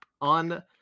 on